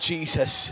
Jesus